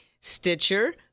stitcher